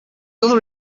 other